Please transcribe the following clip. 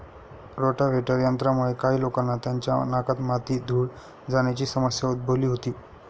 rotavator यंत्रामुळे काही लोकांना त्यांच्या नाकात माती, धूळ जाण्याची समस्या उद्भवली होती